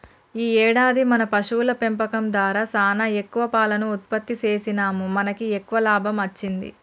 ఈ ఏడాది మన పశువుల పెంపకం దారా సానా ఎక్కువ పాలను ఉత్పత్తి సేసినాముమనకి ఎక్కువ లాభం అచ్చింది